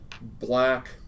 black